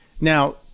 Now